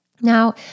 Now